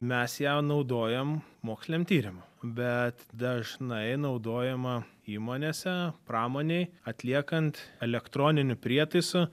mes ją naudojam moksliniam tyrimam bet dažnai naudojama įmonėse pramonėj atliekant elektroninių prietaisų